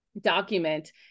document